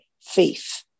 faith